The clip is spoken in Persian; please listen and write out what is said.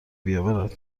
بیاورد